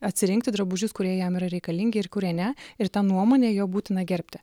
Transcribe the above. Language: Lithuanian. atsirinkti drabužius kurie jam yra reikalingi ir kurie ne ir tą nuomonę jo būtina gerbti